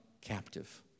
captive